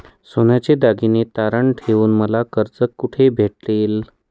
सोन्याचे दागिने तारण ठेवून मला कर्ज कुठे भेटेल?